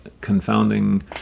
confounding